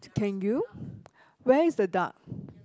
can you where is the duck